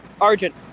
Argent